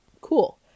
Cool